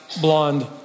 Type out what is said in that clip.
blonde